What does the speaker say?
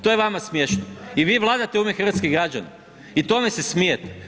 To je vama smiješno i vi vladate u ime hrvatskih građana i tome se smijete.